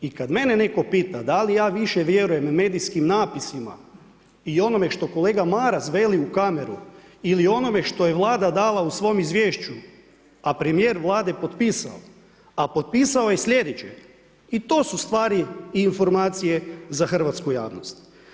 I kad mene netko pita da li ja više vjerujem medijskim napisima i onome što kolega Maras veli u kameru ili onome što je Vlada dala u svom izvješću, a premijer Vlade potpisao, a potpisao je sljedeće i to su stvari i informacije za hrvatsku javnost.